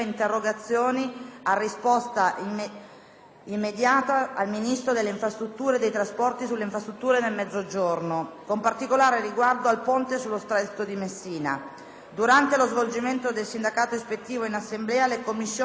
immediata al Ministro delle infrastrutture e dei trasporti sulle infrastrutture nel Mezzogiorno, con particolare riguardo al ponte sullo stretto di Messina. Durante lo svolgimento del sindacato ispettivo in Assemblea, le Commissioni sono autorizzate a proseguire i propri lavori.